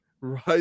Right